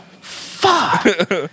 Fuck